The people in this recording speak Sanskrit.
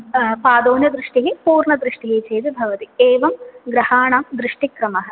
पादोनदृष्टिः पूर्णदृष्टिः चेति भवति एवं ग्रहाणां दृष्टिक्रमः